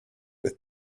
with